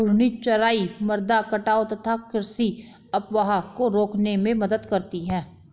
घूर्णी चराई मृदा कटाव तथा कृषि अपवाह को रोकने में मदद करती है